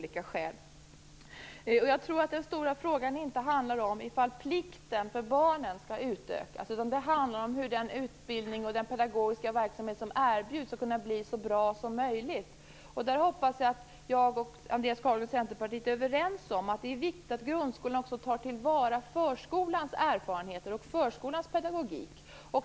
Jag tror inte att den stora frågan handlar om ifall plikten för barnen skall utökas, utan det handlar om hur den utbildning och den pedagogiska verksamhet som erbjuds skall kunna bli så bra som möjligt. Där hoppas jag att Andreas Carlgren och Centerpartiet är överens med mig om att det är viktigt att grundskolan tar till vara förskolans erfarenheter och pedagogik.